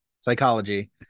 Psychology